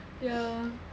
ya